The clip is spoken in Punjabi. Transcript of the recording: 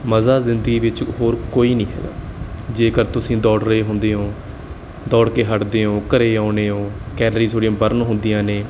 ਮਜ਼ਾ ਜ਼ਿੰਦਗੀ ਵਿੱਚ ਹੋਰ ਕੋਈ ਨਹੀਂ ਹੈਗਾ ਜੇਕਰ ਤੁਸੀਂ ਦੌੜ ਰਹੇ ਹੁੰਦੇ ਹੋ ਦੌੜ ਕੇ ਹੱਟਦੇ ਹੋ ਘਰੇ ਆਉਂਦੇ ਹੋ ਕੈਲਰੀ ਤੁਹਾਡੀਆਂ ਬਰਨ ਹੁੰਦੀਆਂ ਨੇ